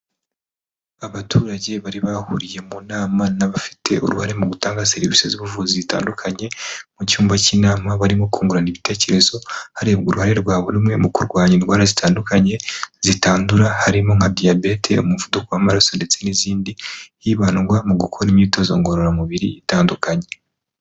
Abaturage bari bahuriye mu nama n'abafite uruhare mu gutanga serivisi z'ubuvuzi zitandukanye, mu cyumba cy'inama barimo kungurana ibitekerezo, harebwa uruhare rwa buri umwe mu kurwanya indwara zitandukanye zitandura, harimo nka Diyabete, umuvuduko w'amaraso ndetse n'izindi, hibandwa mu gukora imyitozo ngororamubiri itandukanye.